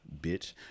bitch